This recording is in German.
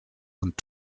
und